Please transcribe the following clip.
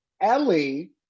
Ellie